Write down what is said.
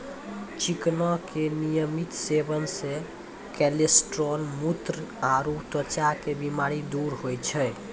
चिकना के नियमित सेवन से कोलेस्ट्रॉल, मुत्र आरो त्वचा के बीमारी दूर होय छै